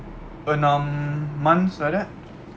enam months like that